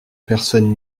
personne